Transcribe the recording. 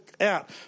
out